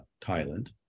Thailand